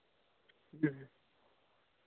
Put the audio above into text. ᱦᱮᱸ